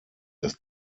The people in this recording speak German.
dass